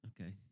Okay